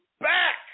back